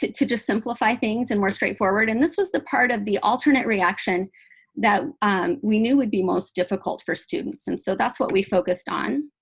to to just simplify things and were straightforward. and this was the part of the alternate reaction that we knew would be most difficult for students. and so that's what we focused on.